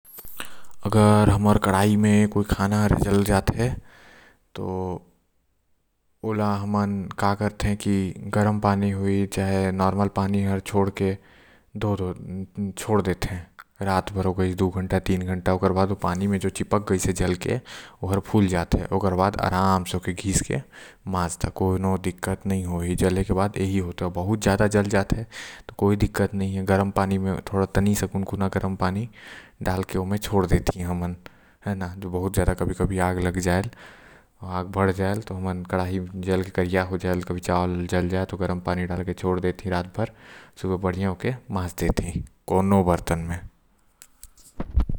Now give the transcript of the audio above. अगर हमर कड़ाई म कोई सब्जी जल जायल त कोई दिक्कत नो हे। ओमा गरम या नॉर्मल पानी डाल के ओला छोड़ दे रात भर जेन से ओकर म जो सब्जी चिपक गए हे। ओ छूट जाहि आऊ कड़ाही फिर से चिकना हो जाहि।